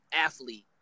athlete